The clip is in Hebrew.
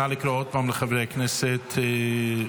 נא לקרוא עוד פעם בשמות חברי הכנסת להצבעה.